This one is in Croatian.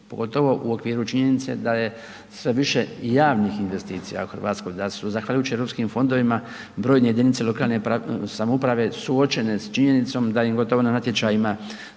pogotovo u okviru činjenice da je sve više javnih investicija u RH, da su zahvaljujući Europskim fondovima brojne jedinice lokalne samouprave suočene s činjenicom da im gotovo na natječajima